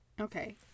Okay